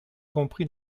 compris